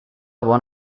bon